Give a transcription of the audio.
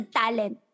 talent